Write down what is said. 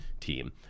team